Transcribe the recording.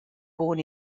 born